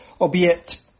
albeit